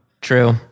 True